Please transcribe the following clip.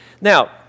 Now